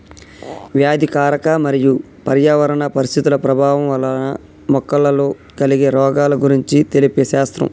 వ్యాధికారక మరియు పర్యావరణ పరిస్థితుల ప్రభావం వలన మొక్కలలో కలిగే రోగాల గురించి తెలిపే శాస్త్రం